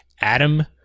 Adam